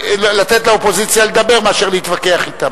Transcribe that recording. לתת לאופוזיציה לדבר מאשר להתווכח אתם.